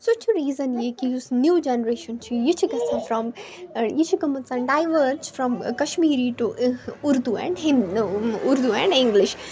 سُہ چھُ ریٖزَن یہِ کہِ یُس نِیٚو جَنٛریشَن چھِ یہِ چھِ گژھان فرام یہِ چھِ گٔمٕژَن diverge from Kashmiri to Urdu and now Urdu and English